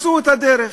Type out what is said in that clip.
מצאו את הדרך